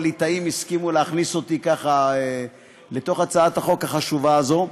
הליטאים הסכימו להכניס אותי ככה לתוך הצעת החוק החשובה הזאת.